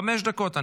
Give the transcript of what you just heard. חמש דקות.